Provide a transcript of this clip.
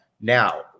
Now